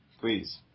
please